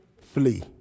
flee